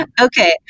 Okay